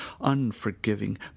unforgiving